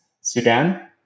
Sudan